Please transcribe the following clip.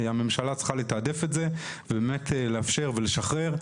הממשלה צריכה לתעדף את זה ובאמת לאפשר ולשחרר.